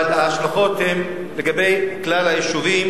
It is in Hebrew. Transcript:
אבל ההשלכות הן על כלל היישובים.